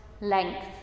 length